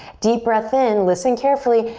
deep breath in. listen carefully,